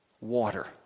Water